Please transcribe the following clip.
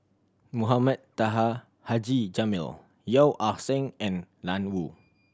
Mohamed Taha Haji Jamil Yeo Ah Seng and Ian Woo